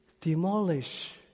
demolish